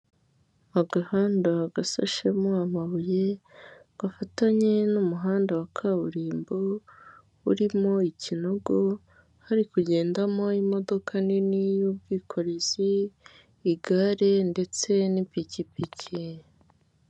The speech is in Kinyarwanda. Agahanda gasashemo amabuye gafatanye n'umuhanda wa kaburimbo urimo ikinogo, hari kugendamo imodoka nini y'ubwikorezi, igare ndetse n'ipikipiki.